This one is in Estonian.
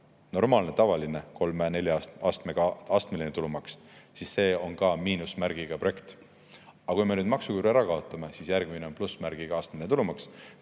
kuni nelja astmega astmeline tulumaks, siis see on ka miinusmärgiga projekt. Aga kui me maksuküüru ära kaotame, siis järgmine on plussmärgiga astmeline tulumaks.